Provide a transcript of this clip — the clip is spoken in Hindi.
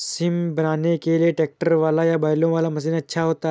सिल बनाने के लिए ट्रैक्टर वाला या बैलों वाला मशीन अच्छा होता है?